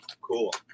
Cool